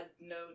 no